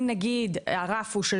אם הרף הוא,